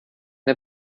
der